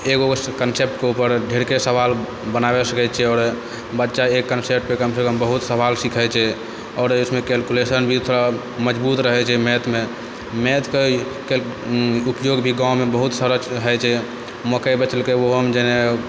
एगो कॉन्सेप्टेके उपर ढ़ेरके सवाल बनाबै सकै छियै आओर बच्चा एक कॉन्सेप्टपर कम सँ कम बहुत सवाल सिखै छै आओर उसमे कैल्कुलेशन भी थोड़ा मजबूत रहै छै मैथ मे मैथ कऽ केल उपयोग भी गावमे बहुत सारा होइ छै मकइ बेचलकै उहोमे जने